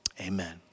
amen